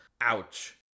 Ouch